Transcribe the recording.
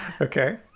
Okay